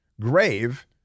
grave